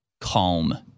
calm